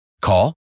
Call